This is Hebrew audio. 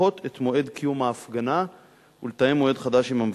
לדחות את מועד קיום ההפגנה ולתאם מועד חדש עם המבקשים.